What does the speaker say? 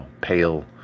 pale